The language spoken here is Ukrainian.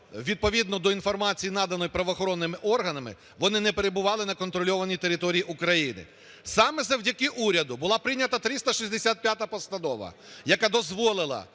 відповідно до інформації, наданої правоохоронними органами, вони не перебували на контрольованій території України. Саме завдяки уряду була прийнята 365 постанова, яка дозволила